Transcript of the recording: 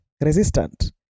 resistant